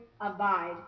abide